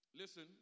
Listen